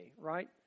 right